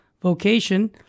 vocation